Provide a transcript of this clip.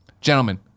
Gentlemen